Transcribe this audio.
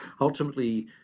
ultimately